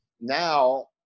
Now